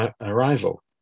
arrival